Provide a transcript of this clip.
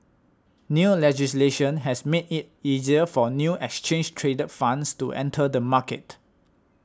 new legislation has made it easier for new exchange traded funds to enter the market